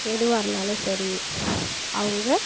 எதுவாக இருந்தாலும் சரி அவங்க